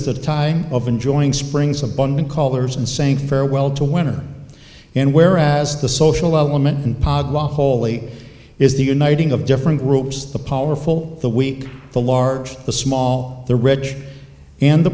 is the time of enjoying springs abundant callers and saying farewell to winter and whereas the social element and holy is the uniting of different groups the powerful the weak the large the small the rich and the